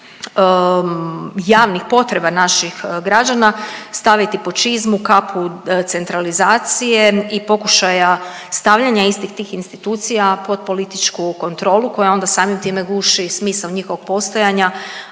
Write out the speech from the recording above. javnih potreba naših građana staviti pod čizmu, kapu centralizacije i pokušaja stavljanja istih tih institucija pod političku kontrolu koja onda samim time guši smisao njihovog postojanja,